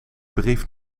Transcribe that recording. brief